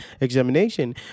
examination